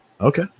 Okay